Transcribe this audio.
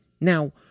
Now